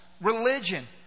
religion